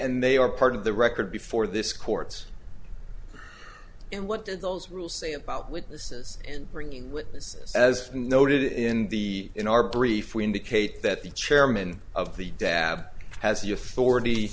and they are part of the record before this courts and what did those rules say about witnesses and bringing witnesses as noted in the in our brief we indicate that the chairman of the dav has